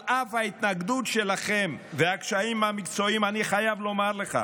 על אף ההתנגדות שלכם והקשיים המקצועיים אני חייב לומר לך,